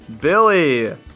Billy